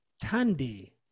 tandy